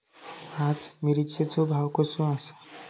आज मिरचेचो भाव कसो आसा?